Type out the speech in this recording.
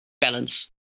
balance